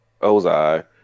Ozai